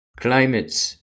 Climates